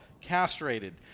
castrated